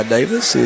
Davis